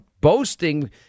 boasting